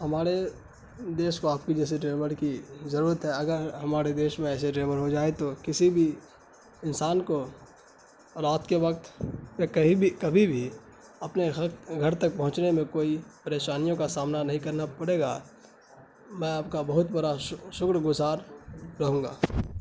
ہمارے دیش کو آپ کی جیسے ڈرائیور کی ضرورت ہے اگر ہمارے دیش میں ایسے ڈرائیور ہو جائیں تو کسی بھی انسان کو رات کے وقت یا کہیں بھی کبھی بھی اپنے گھر تک پہنچنے میں کوئی پریشانیوں کا سامنا نہیں کرنا پڑے گا میں آپ کا بہت بڑا شکر گزار رہوں گا